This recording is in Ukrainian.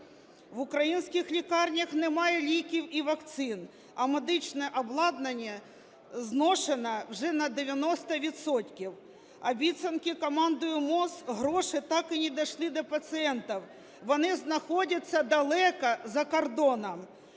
В українських лікарнях немає ліків і вакцин, а медичне обладнання зношене вже на 90 відсотків. Обіцяні командою МОЗ гроші так і не дійшли до пацієнтів, вони знаходяться далеко за кордоном.